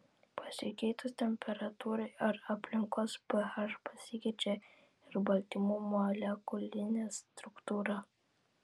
pasikeitus temperatūrai ar aplinkos ph pasikeičia ir baltymų molekulinė struktūra